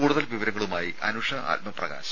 കൂടുതൽ വിവരങ്ങളുമായി അനുഷ ആത്മപ്രകാശ്